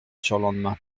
surlendemain